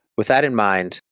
with that in mind,